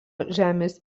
žemės